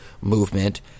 movement